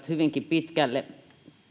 hyvinkin pitkälle